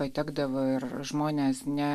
patekdavo ir žmonės ne